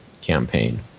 campaign